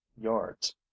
yards